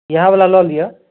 इएह बला लऽ लिअ